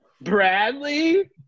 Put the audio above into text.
Bradley